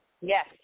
Yes